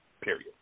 period